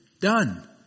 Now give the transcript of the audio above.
done